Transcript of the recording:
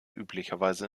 üblicherweise